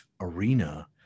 arena